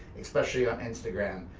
especially on instagram.